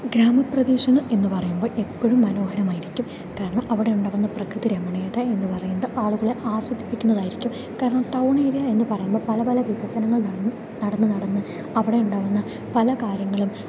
ഗ്രാമ പ്രദേശങ്ങൾ എന്ന് പറയുമ്പോൾ എപ്പോഴും മനോഹരമായിരിക്കും കാരണം അവിടെ ഉണ്ടാകുന്ന പ്രകൃതി രമണീയത എന്ന് പറയുന്നത് ആളുകളെ ആസ്വദിപ്പിക്കുന്നതായിരിക്കും കാരണം ടൗൺ ഏരിയ എന്ന് പറയുമ്പോൾ പലപല വികസനങ്ങൾ നട നടന്ന് നടന്ന് അവിടെ ഉണ്ടാകുന്ന പല കാര്യങ്ങളും